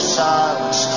silence